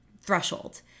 threshold